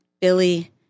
Billy